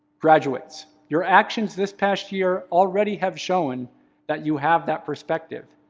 graduates, your actions this past year already have shown that you have that perspective,